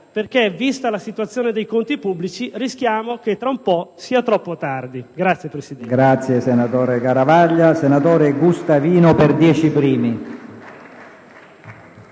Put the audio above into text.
perché, vista la situazione dei conti pubblici, rischiamo che tra un po' sia troppo tardi. *(Applausi